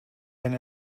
been